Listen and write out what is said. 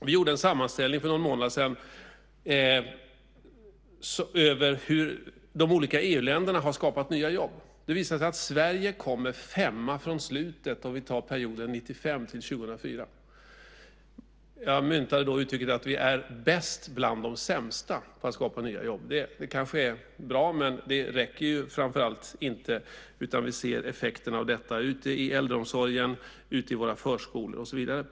Vi gjorde en sammanställning för någon månad sedan över hur de olika EU-länderna har skapat nya jobb. Det visade sig att Sverige för perioden 1995-2004 kommer femma från slutet. Jag myntade då uttrycket att vi är bäst bland de sämsta på att skapa nya jobb. Det är kanske bra, men det räcker framför allt inte. Vi ser effekterna av detta i äldreomsorgen, i våra förskolor och så vidare.